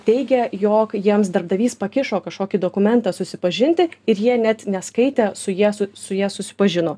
teigia jog jiems darbdavys pakišo kažkokį dokumentą susipažinti ir jie net neskaitę su ja su su ja susipažino